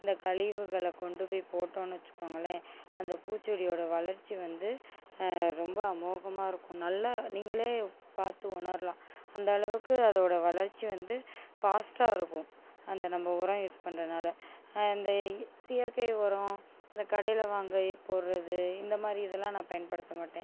இந்த கழிவுகளை கொண்டு போய் போட்டோம்னா வச்சுக்கோங்களேன் அந்த பூ செடியோடய வளர்ச்சி வந்து ரொம்ப அமோகமாக இருக்கும் நல்ல நீங்களே பார்த்து உணரலாம் அந்த அளவுக்கு அதோடய வளர்ச்சி வந்து ஃபாஸ்டாக இருக்கும் அந்த நம்ம உரம் யூஸ் பண்ணுறனால அந்த செயற்கை உரம் அந்த கடையில் வாங்கி போடுகிறது இந்த மாதிரி இதெலாம் நான் பயன்படுத்த மாட்டேன்